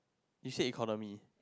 you said economy